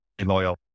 loyal